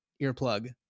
earplug